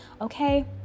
okay